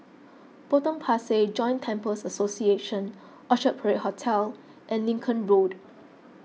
Potong Pasir Joint Temples Association Orchard Parade Hotel and Lincoln Road